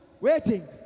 Waiting